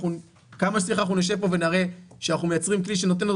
וכמה שצריך אנחנו נשב ונראה שאנחנו מייצרים כלי שנותן את